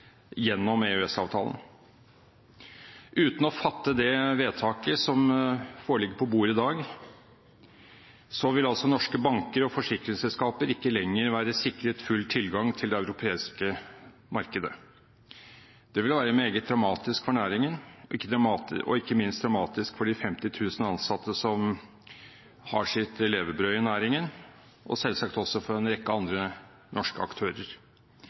gjennom EØS-avtalen. Uten å fatte det vedtaket som foreligger på bordet i dag, vil altså norske banker og forsikringsselskaper ikke lenger være sikret full tilgang til det europeiske markedet. Det ville være meget dramatisk for næringen og ikke minst dramatisk for de 50 000 ansatte som har sitt levebrød i næringen, og selvsagt også for en rekke andre norske aktører.